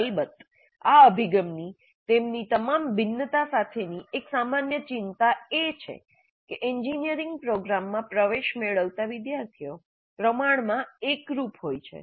અલબત્ત આ અભિગમની તેમની તમામ ભિન્નતા સાથે ની એક સામાન્ય ચિંતા એ છે કે એન્જિનિયરિંગ પ્રોગ્રામમાં પ્રવેશ મેળવતા વિદ્યાર્થીઓ પ્રમાણમાં એકરૂપ હોય છે